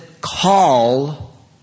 call